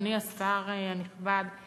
אדוני השר הנכבד,